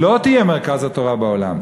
לא תהיה מרכז התורה בעולם,